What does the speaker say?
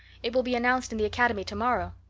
it will be announced in the academy tomorrow.